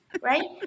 right